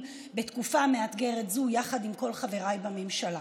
בתקופה מאתגרת זו יחד עם כל חבריי בממשלה.